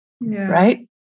right